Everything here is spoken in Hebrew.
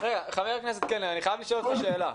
חבר הכנסת קלנר, אני חייב לשאול אותך שאלה.